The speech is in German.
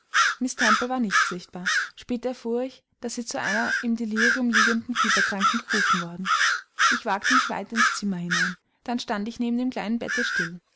war nicht sichtbar später erfuhr ich daß sie zu einer im delirium liegenden fieberkranken gerufen worden ich wagte mich weiter ins zimmer hinein dann stand ich neben dem kleinen bette still